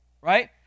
right